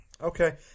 okay